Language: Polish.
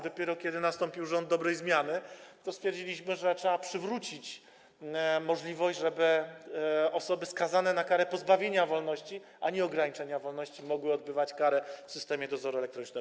Dopiero kiedy nastąpił rząd dobrej zmiany, stwierdziliśmy, że trzeba przywrócić możliwość, żeby osoby skazane na karę pozbawienia wolności, a nie ograniczenia wolności mogły odbywać karę w systemie dozoru elektronicznego.